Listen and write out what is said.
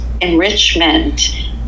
enrichment